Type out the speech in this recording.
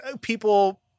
people